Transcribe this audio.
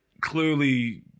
clearly